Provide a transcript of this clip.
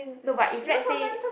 no but if let's say